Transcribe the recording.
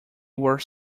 were